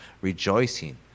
rejoicing